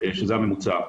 שזה הממוצע.